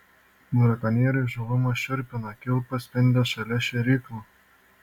brakonierių įžūlumas šiurpina kilpas spendė šalia šėryklų